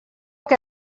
que